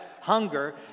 hunger